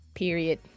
period